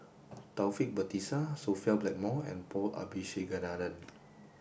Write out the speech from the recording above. Taufik Batisah Sophia Blackmore and Paul Abisheganaden